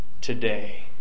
today